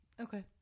Okay